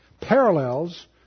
parallels